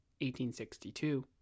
1862